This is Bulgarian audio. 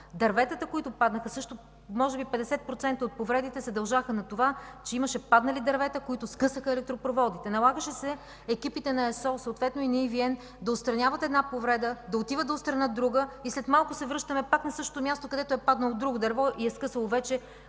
дърветата, които паднаха – може би 50% от повредите се дължаха на това, че имаше паднали дървета, които скъсаха електропроводите. Налагаше се екипите на ЕСО, съответно и на EVN, да отстранят една повреда, да отидат, за да отстранят друга, и след малко да се връщат на същото място, където е паднало друго дърво и е скъсало вече